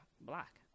black